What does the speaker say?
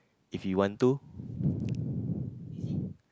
if you want to